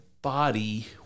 Body